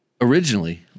originally